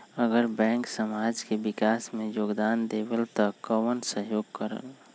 अगर बैंक समाज के विकास मे योगदान देबले त कबन सहयोग करल?